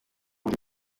buri